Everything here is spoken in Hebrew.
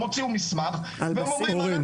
הם הוציאו מסמך ואומרים אנחנו לא מעניין אותנו כלום.